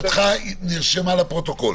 הערתך נרשמה לפרוטוקול.